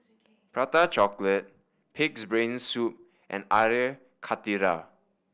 Prata Chocolate Pig's Brain Soup and Air Karthira